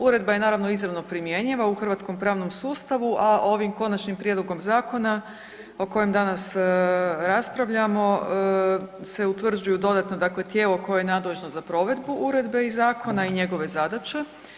Uredba je naravno izravno primjenjiva u hrvatskom pravnom sustavom, a ovim konačnim prijedlogom zakona o kojem danas raspravljamo se utvrđuju dodatno dakle tijelo koje je nadležno za provedbu uredbe i zakona i njegove zadaće.